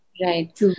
Right